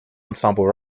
ensemble